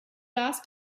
ask